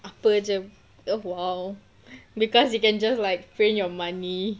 apa jer ah !wow! because you can just like print your money